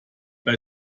bei